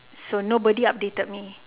so nobody updated me